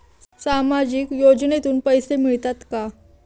सामाजिक योजनेतून पैसे मिळतात का?